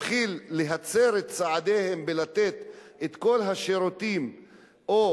מתחיל להצר את צעדיהם במתן כל השירותים או